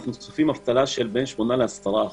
אנחנו צופים אבטלה של בין 8% ל-10%.